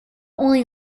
only